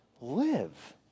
live